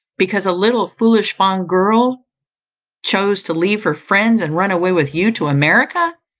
because a little foolish, fond girl chose to leave her friends, and run away with you to america.